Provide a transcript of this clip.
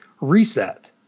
reset